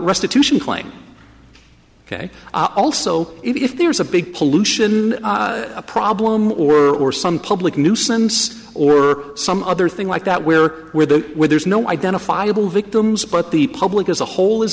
restitution claim ok also if there's a big pollution problem or or some public nuisance or some other thing like that where where the where there's no identifiable victims but the public as a whole is